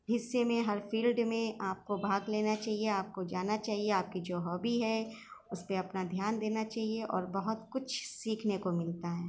حصے میں ہر فیلڈ میں آپ کو بھاگ لینا چاہئے آپ کو جانا چاہئے آپ کی جو ہابی ہے اس پہ اپنا دھیان دینا چاہئے اور بہت کچھ سیکھنے کو ملتا ہے